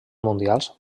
mundials